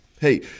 Hey